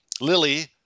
Lily